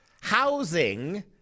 housing